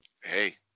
Hey